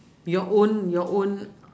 your own your own